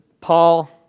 Paul